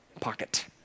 pocket